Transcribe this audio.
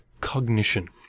cognition